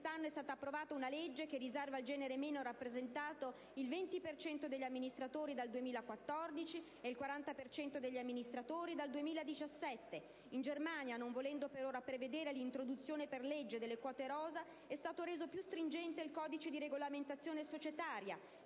quest'anno è stata approvata una legge che riserva al genere meno rappresentato il 20 per cento degli amministratori dal 2014, e il 40 per cento degli amministratori dal 2017. In Germania, non volendo per ora prevedere l'introduzione per legge delle quote rosa, è stato reso più stringente il codice di regolamentazione societaria.